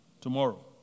tomorrow